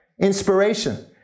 inspiration